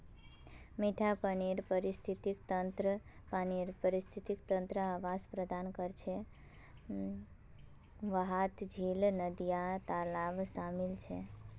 मिठा पानीर पारिस्थितिक तंत्र जे आवास प्रदान करछे वहात झील, नदिया, तालाब शामिल छे